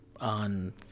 on